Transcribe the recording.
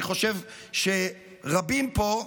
אני חושב שרבים פה,